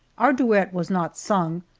our duet was not sung,